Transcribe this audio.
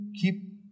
keep